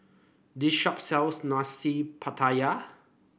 this shop sells Nasi Pattaya